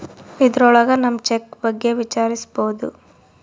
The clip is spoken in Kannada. ಇದ್ರೊಳಗ ನಮ್ ಚೆಕ್ ಬಗ್ಗೆ ವಿಚಾರಿಸ್ಬೋದು